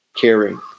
caring